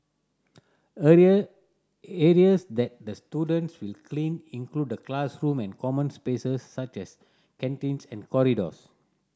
area areas that the students will clean include the classroom and common spaces such as canteens and corridors